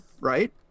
right